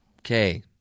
Okay